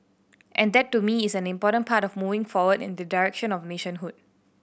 and that to me is an important part of moving forward in the direction of nationhood